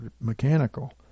mechanical